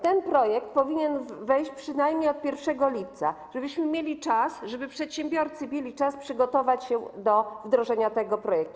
Ten projekt powinien wejść przynajmniej od 1 lipca, żebyśmy mieli czas, żeby przedsiębiorcy mieli czas przygotować się do wdrożenia tego projektu.